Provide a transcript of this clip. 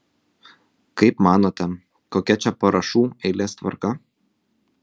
kaip manote kokia čia parašų eilės tvarka